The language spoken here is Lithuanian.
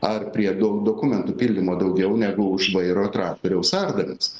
ar prie daug dokumentų pildymo daugiau negu už vairo traktoriaus ardamas